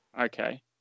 Okay